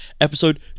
episode